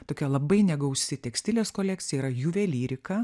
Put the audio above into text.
tokia labai negausi tekstilės kolekcija yra juvelyrika